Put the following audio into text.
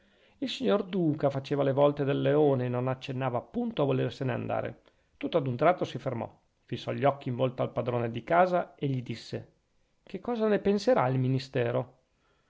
il signor duca faceva le volte del leone e non accennava punto a volersene andare tutto ad un tratto si fermò fissò gli occhi in volto al padrone di casa e gli disse che cosa ne penserà il ministero